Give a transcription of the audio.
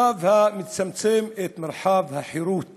צו המצמצם את מרחב החירות